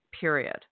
period